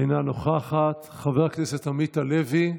אינה נוכחת, חבר הכנסת עמית הלוי,